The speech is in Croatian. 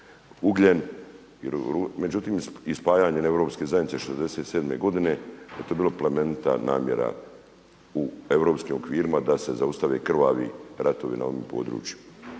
ugljen. Međutim, spajanjem Europske zajednice 67. godine to je bila plemenita namjera u europskim okvirima da se zaustave krvavi ratovi na ovim područjima.